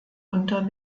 unter